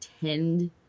tend